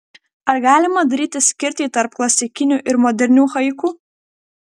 ar galima daryti skirtį tarp klasikinių ir modernių haiku